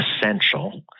essential